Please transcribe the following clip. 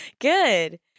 Good